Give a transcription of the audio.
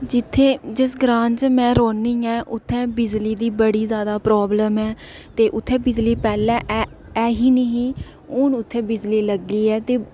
जित्थै जिस ग्रांऽ च में रौह्न्नी आं उत्थै बिजली दी बड़ी जैदा प्राब्लम ऐ ते उत्थै बिजली पैह्लें ऐ ऐ ही निं ही हून उत्थै बिजली लग्गी ऐ ते